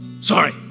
sorry